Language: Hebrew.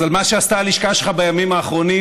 אז על מה שעשתה הלשכה שלך בימים האחרונים